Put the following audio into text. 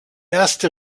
erste